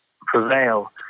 prevail